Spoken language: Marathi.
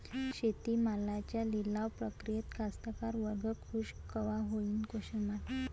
शेती मालाच्या लिलाव प्रक्रियेत कास्तकार वर्ग खूष कवा होईन?